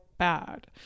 bad